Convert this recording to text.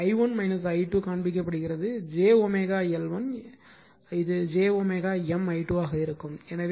எனவே i1 i2 காண்பிக்கப்படுகிறது jw L1 இது j wM i2 ஆக இருக்கும்